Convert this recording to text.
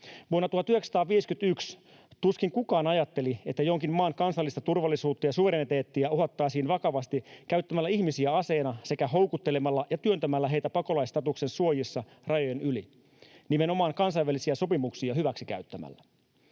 Vuonna 1951 tuskin kukaan ajatteli, että jonkin maan kansallista turvallisuutta ja suvereniteettia uhattaisiin vakavasti käyttämällä ihmisiä aseena sekä houkuttelemalla ja työntämällä heitä pakolaisstatuksen suojissa rajojen yli nimenomaan kansainvälisiä sopimuksia hyväksikäyttämällä.